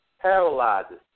paralyzes